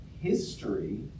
history